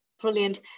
Brilliant